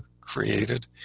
created